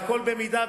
הכול במידה.